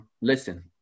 listen